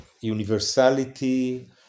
universality